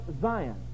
Zion